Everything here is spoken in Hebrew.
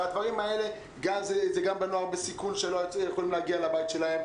זה גם נוער בסיכון שלא היו יכולים להגיע לבית שלהם,